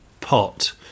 pot